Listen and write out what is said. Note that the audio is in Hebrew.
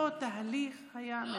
אותו תהליך היה מתרחש.